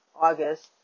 August